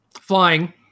Flying